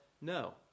no